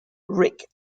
rick